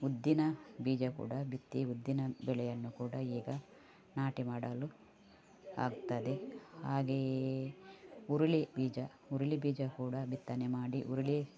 ಉದ್ದಿನ ಬೀಜ ಕೂಡ ಬಿತ್ತಿ ಉದ್ದಿನ ಬೆಳೆಯನ್ನು ಕೂಡ ಈಗ ನಾಟಿ ಮಾಡಲು ಆಗ್ತದೆ ಹಾಗೆಯೇ ಹುರುಳಿ ಬೀಜ ಹುರುಳಿ ಬೀಜ ಕೂಡ ಬಿತ್ತನೆ ಮಾಡಿ ಹುರುಳಿ